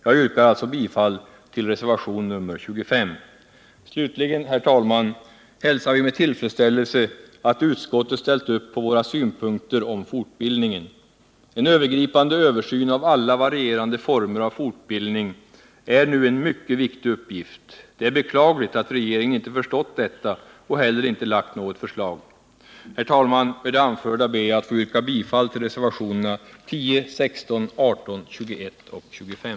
Jag yrkar alltså bifall till reservation nr 25; Slutligen, herr talman, hälsar vi med tillfredsställelse att utskottet ställt upp på våra synpunkter om fortbildningen. En övergripande översyn av alla varierande former av fortbildning är nu en mycket viktig uppgift. Det är beklagligt att regeringen inte förstått detta och heller inte lagt något förslag. Herr talman! Med det anförda ber jag att få yrka bifall till reservationerna 10, 16, 18, 21 och 25.